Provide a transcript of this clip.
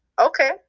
Okay